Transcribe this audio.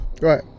Right